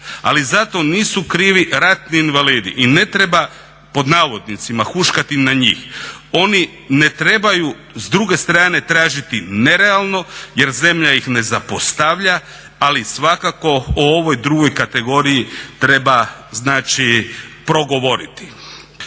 Ali za to nisu krivi ratni invalidi i ne treba "huškati" na njih. Oni ne trebaju s druge strane tražiti nerealno jer zemlja ih ne zapostavlja ali svakako o ovoj drugoj kategoriji treba progovoriti.